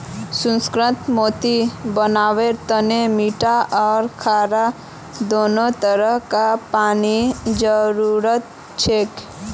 सुसंस्कृत मोती बनव्वार तने मीठा आर खारा दोनों तरह कार पानीर जरुरत हछेक